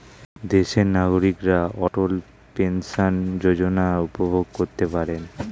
দেশের নাগরিকরা অটল পেনশন যোজনা উপভোগ করতে পারেন